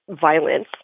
violence